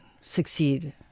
succeed